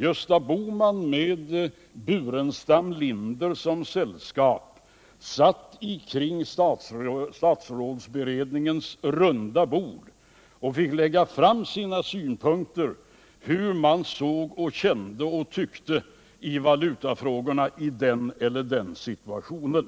Gösta Bohman med Staffan Burenstam Linder i sällskap satt kring statsrådsberedningens runda bord och fick lägga fram sina synpunkter, hur man såg på, kände och tyckte i valutafrågorna i den eller den situationen.